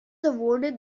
awarded